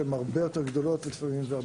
שהם הרבה יותר גדולות ועשירות,